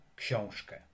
książkę